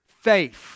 faith